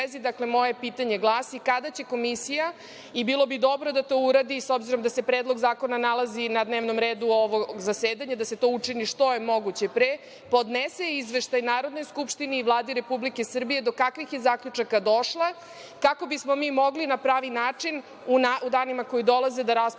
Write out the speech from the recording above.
dakle, moje pitanje glasi – kada će Komisija, i bilo bi dobro da to uradi, s obzirom da se Predlog zakona nalazi na dnevnom redu ovog zasedanja, da se to učini što je moguće pre, podnese izveštaj Narodnoj skupštini i Vladi Republike Srbije do kakvih je zaključaka došla, kako bismo mi mogli na pravi način u danima koji dolaze da raspravljamo